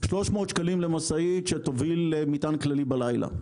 300 שקלים למשאית שתוביל מטען כללי בלילה.